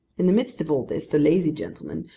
in the midst of all this, the lazy gentleman,